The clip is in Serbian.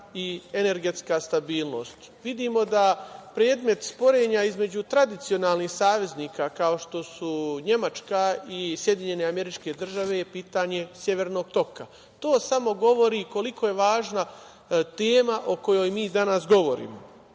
i energetska stabilnost. Vidimo da predmet sporenja između tradicionalnih saveznika, kao što su Nemačka i SAD, je pitanje Severnog toka. To samo govori koliko je važna tema o kojoj mi danas govorimo. Želim